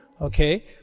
okay